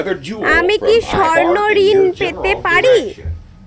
আমি কি স্বর্ণ ঋণ পেতে পারি?